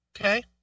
Okay